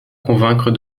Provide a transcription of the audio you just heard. convaincre